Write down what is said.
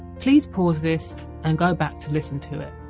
please pause this and go back to listen to it